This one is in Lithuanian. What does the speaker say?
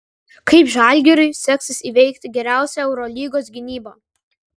kaip žalgiriui seksis įveikti geriausią eurolygos gynybą